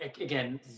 again